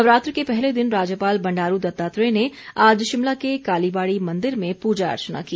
नवरात्र के पहले दिन राज्यपाल बंडारू दत्तात्रेय ने आज शिमला के कालीबाड़ी मंदिर में पूजा अर्चना की